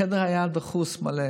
החדר היה דחוס, מלא.